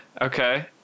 okay